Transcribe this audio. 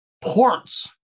ports